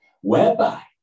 whereby